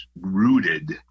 rooted